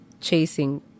chasing